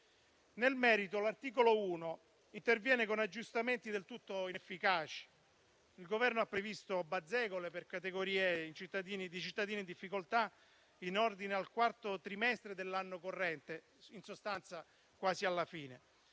Nel merito, l'articolo 1 interviene con aggiustamenti del tutto inefficaci. Il Governo ha previsto bazzecole per categorie di cittadini in difficoltà in ordine al quarto trimestre dell'anno corrente, in sostanza quasi alla fine.